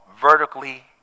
vertically